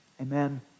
Amen